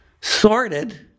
sorted